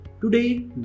Today